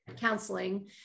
counseling